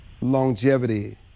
longevity